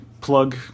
plug